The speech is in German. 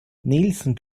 nelson